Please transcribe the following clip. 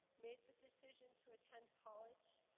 made the decision to attend college,